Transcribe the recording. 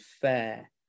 fair